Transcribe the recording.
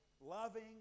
loving